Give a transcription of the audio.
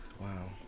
Wow